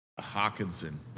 Hawkinson